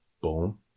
boom